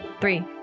three